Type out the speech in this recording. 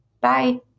Bye